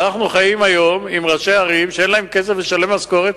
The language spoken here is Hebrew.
אנחנו חיים היום עם ראשי ערים שאין להם כסף לשלם משכורת.